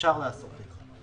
אפשר לעשות את זה.